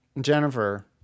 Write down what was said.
Jennifer